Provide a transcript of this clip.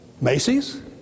Macy's